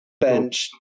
bench